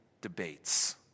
debates